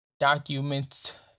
documents